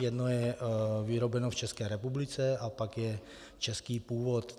Jedno je vyrobeno v České republice a pak je český původ.